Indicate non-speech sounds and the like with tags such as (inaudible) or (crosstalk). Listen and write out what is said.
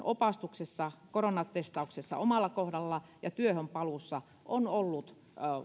(unintelligible) opastuksessa koronatestauksessa omalla kohdalla ja työhönpaluussa on ollut